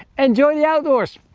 enjoy the outdoors!